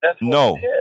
no